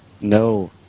no